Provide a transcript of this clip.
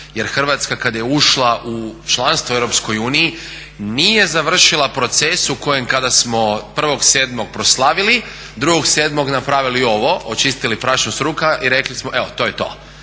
Jer Hrvatska kad je ušla u članstvo u EU nije završila proces u kojem kada smo 1.07. proslavili, 2.07. napravili ovo, očistili prašinu s ruku i rekli smo evo to je to.